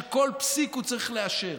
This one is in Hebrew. שכל פסיק הוא צריך לאשר.